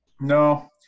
No